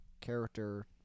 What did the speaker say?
character